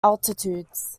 altitudes